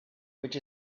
which